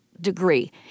degree